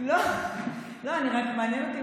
לא לכבס את הכביסה המלוכלכת בחוץ.